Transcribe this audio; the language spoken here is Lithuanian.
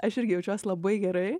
aš irgi jaučiuos labai gerai